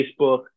facebook